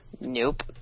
Nope